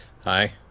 Hi